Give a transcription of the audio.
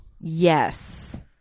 Yes